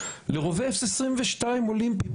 לרובה F22 אולימפי,